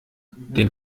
den